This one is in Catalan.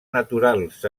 naturals